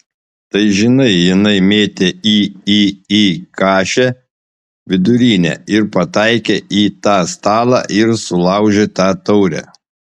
tai žinai jinai mėtė į į į kašę vidurinę ir pataikė į tą stalą ir sulaužė tą taurę